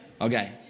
Okay